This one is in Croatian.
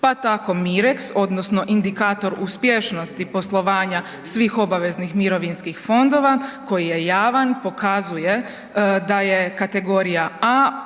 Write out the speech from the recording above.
Pa tako MIREKS odnosno indikator uspješnosti poslovanja svih obaveznih mirovinskih fondova koji je javan pokazuje da je kategorija A u